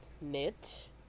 Knit